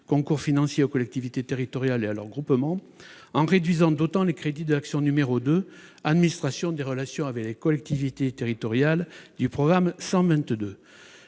Concours financiers aux collectivités territoriales et à leurs groupements », en réduisant d'autant les crédits de l'action n° 02, Administration des relations avec les collectivités territoriales, du programme 122